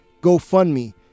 GoFundMe